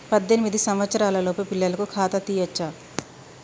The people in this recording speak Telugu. పద్దెనిమిది సంవత్సరాలలోపు పిల్లలకు ఖాతా తీయచ్చా?